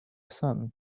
son